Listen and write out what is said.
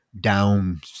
down